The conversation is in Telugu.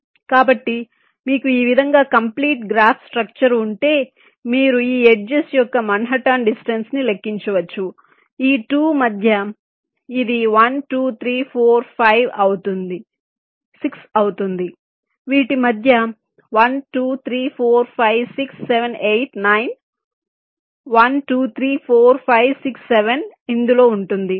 కాబట్టి మీకు ఈ విధంగా కంప్లీట్ గ్రాఫ్ స్ట్రక్చర్ ఉంటే మీరు ఈ 6 ఎడ్జెస్ యొక్క మాన్హాటన్ డిస్టెన్స్ ని లెక్కించవచ్చు ఈ 2 మధ్య ఇది 1 2 3 4 5 6 అవుతుంది వీటి మధ్య 1 2 3 4 5 6 7 8 9 1 2 3 4 5 6 7 ఇందులో ఉంటుంది